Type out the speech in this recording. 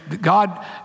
God